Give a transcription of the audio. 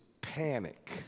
panic